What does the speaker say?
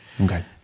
Okay